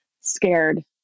scared